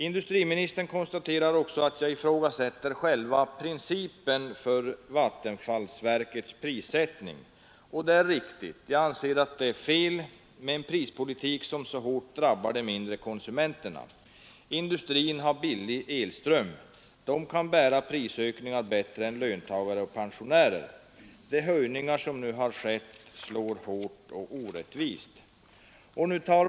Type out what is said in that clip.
Industriministern konstaterar också att jag ifrågasätter själva principen för vattenfallsverkets prissättning. Ja, jag anser att det är fel med en prispolitik som så hårt drabbar de mindre konsumenterna. Industrin har billig elström. Den kan bättre än löntagare och pensionärer bära prishöjningar. De höjningar som nu har skett slår hårt och orättvist.